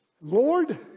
Lord